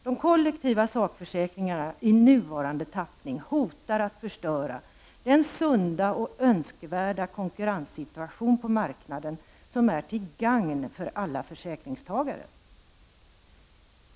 De kollektiva sakförsäkringarna i nuvarande tappning hotar att förstöra den sunda och önskvärda konkurrenssituation på marknaden som är till gagn för alla försäkringstagare.